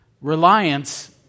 reliance